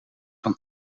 van